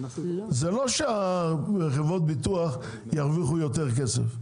זה לא שחברות הביטוח ירוויחו יותר כסף,